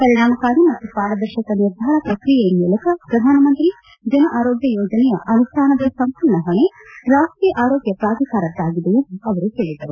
ಪರಿಣಾಮಕಾರಿ ಮತ್ತು ಪಾರದರ್ಶಕ ನಿರ್ಧಾರ ಪ್ರಕ್ರಿಯೆ ಮೂಲಕ ಪ್ರಧಾನಮಂತ್ರಿ ಜನ ಆರೋಗ್ಯ ಯೋಜನೆಯ ಅನುಷ್ಣಾನದ ಸಂಪೂರ್ಣ ಹೊಣೆ ರಾಷ್ಟೀಯ ಆರೋಗ್ಯ ಪ್ರಾಧಿಕಾರದ್ದಾಗಿದೆ ಎಂದು ಅವರು ಹೇಳಿದರು